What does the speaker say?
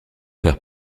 faire